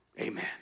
amen